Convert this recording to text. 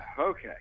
okay